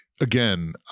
again